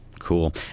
cool